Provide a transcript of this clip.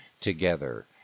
together